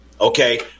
Okay